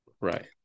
Right